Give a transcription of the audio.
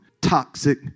toxic